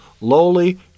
lowly